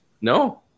No